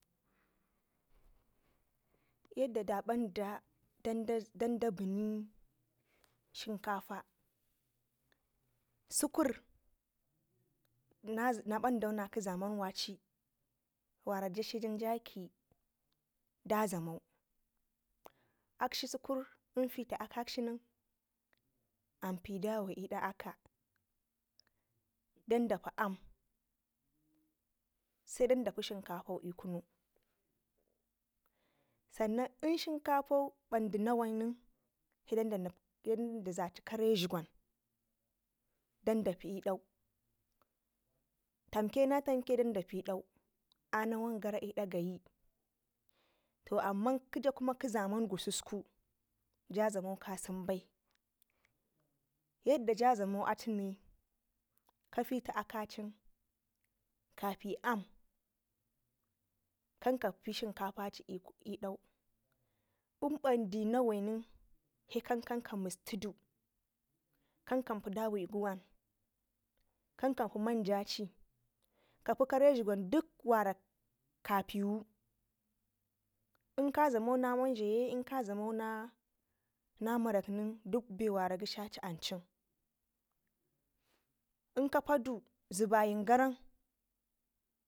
Yadda da banda danda dandai beni Shinkafa sukurda na bando nakə zaman waci wara jadla janjaki dadla mau akshi sukur infi akak shi nen ampi dawa. idak aka dan dapi aam se danda pi shinkafau l'kun sannan l'n shinkafo bandi nawai nen he danda zati kare dlugwan dan dapi l'dlau tamke na tamke danda pidau anawangare idi gayi to amman gija kɘ- zaman gususku ja dlamo kasɘn bai yadda ja dlamo atune kafiti akacin kapi kan, ka pi amn kan ka pi shinkafaci l'dam in bandi nawai nen se kan kan ka mustidu kan kan kapi dawigu wan kan kapi manjaci kapi kare dlugwanci dik wara kapiwu lnka dlamo na manje ye in ka dlemo na murak nen ɗik be wara gashaci ancun lnk kapadi zebayin garan